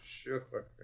Sure